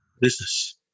business